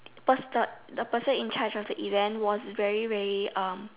person the person in charge of the event was very very um